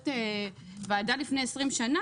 ועדה לפני 20 שנה,